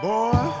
Boy